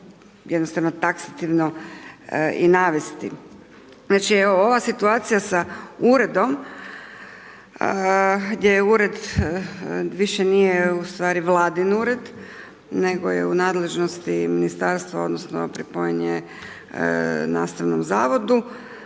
jednostavno taksativno i navesti. Znači evo ova situacija sa uredom gdje je ured više nije u stvari Vladin ured, nego je u nadležnosti ministarstva odnosno pripojen je nastavnom zavodom